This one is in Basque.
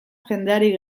jendeari